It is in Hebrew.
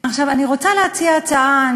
אני רוצה להציע הצעה,